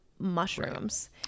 mushrooms